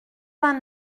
vingt